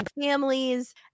families